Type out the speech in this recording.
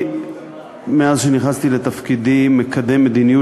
מאז נכנסתי לתפקידי אני מקדם מדיניות